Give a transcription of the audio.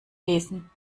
lesen